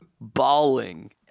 bawling